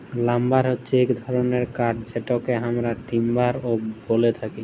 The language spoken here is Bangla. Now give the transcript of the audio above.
লাম্বার হচ্যে এক ধরলের কাঠ যেটকে আমরা টিম্বার ও ব্যলে থাকি